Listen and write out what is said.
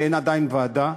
ואין עדיין ועדה.